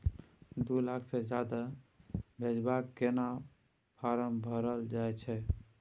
दू लाख से ज्यादा भेजबाक केना फारम भरल जाए छै?